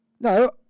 No